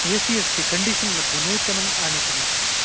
ए C अस्ति condition मध्ये नूतनम् आनीतमस्ति